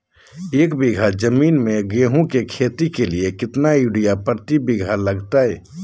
एक बिघा जमीन में गेहूं के खेती के लिए कितना यूरिया प्रति बीघा लगतय?